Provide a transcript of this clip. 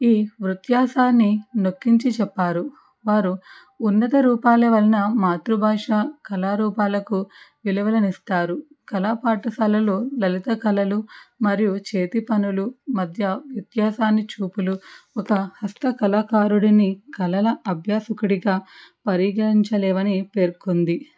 ఈ వృత్యాసాన్ని నొక్కించి చెప్పారు వారు ఉన్నత రూపాల వలన మాతృభాష కళారూపాలకు కళా విలువలను ఇస్తారు పాఠశాలలో లలిత కళలు మరియు చేతి పనులు మరియు వ్యత్యాసాన్ని చూపులు ఒక హస్త కళాకారుడిని కళలు అభ్యాసకుడిగా పరిగణించలేవని పేర్కొంది